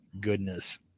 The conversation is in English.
goodness